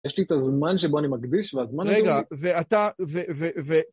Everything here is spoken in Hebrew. יש לי את הזמן שבו אני מקדיש, והזמן הזה... רגע, ואתה...